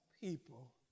people